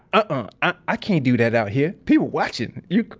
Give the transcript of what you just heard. um i can't do that out here! people watching! you!